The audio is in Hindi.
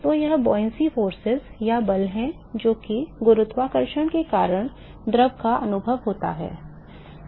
तो यह उछाल बल या बल है जो कि गुरुत्वाकर्षण के कारण द्रव का अनुभव होता है